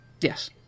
Yes